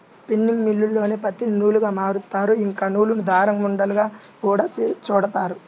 spinning మిల్లుల్లోనే పత్తిని నూలుగా మారుత్తారు, ఇంకా నూలును దారం ఉండలుగా గూడా చుడతారు